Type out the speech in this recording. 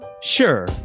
Sure